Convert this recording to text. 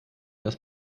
dass